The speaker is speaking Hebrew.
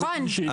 נכון.